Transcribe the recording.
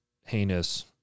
heinous